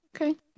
okay